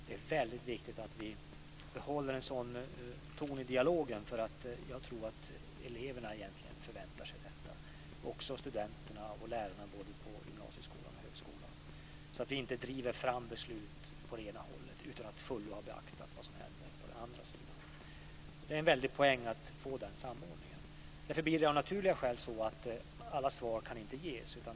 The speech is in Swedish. Det är väldigt viktigt att vi behåller en sådan ton i dialogen. Jag tror att både de studerande och lärarna på gymnasieskolan och på högskolan förväntar sig detta. Vi ska inte driva fram beslut på det ena hållet utan att följa och beakta vad som händer på den andra sidan. Det är en väldig poäng att få den samordningen. Det blir därför av naturliga skäl så att inte alla svar kan ges.